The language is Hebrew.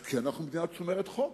כי אנחנו מדינה שומרת חוק.